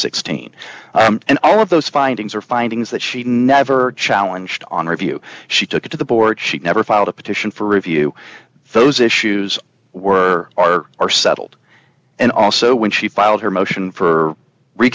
sixteen and all of those findings are findings that she never challenged on review she took it to the board she never filed a petition for review those issues were are are settled and also when she filed her motion for re